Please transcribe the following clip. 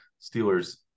Steelers